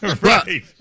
Right